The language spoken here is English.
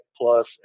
Plus